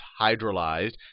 hydrolyzed